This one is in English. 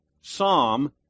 Psalm